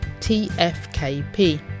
TFKP